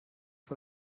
vor